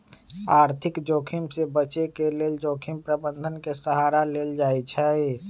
आर्थिक जोखिम से बचे के लेल जोखिम प्रबंधन के सहारा लेल जाइ छइ